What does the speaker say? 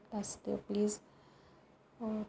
ਦੱਸ ਦਿਓ ਪਲੀਜ਼ ਓ